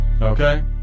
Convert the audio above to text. okay